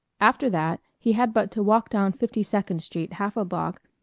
after that, he had but to walk down fifty-second street half a block,